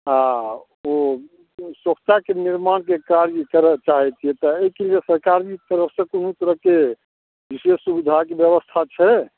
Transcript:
हँ ओ सोख्ताके निर्माणके कार्य करै चाहै छियै तैँ एहिके लिए सरकारके दिशसँ कोनो तरहके विशेष सुविधाके व्यवस्था छै